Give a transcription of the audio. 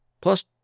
plus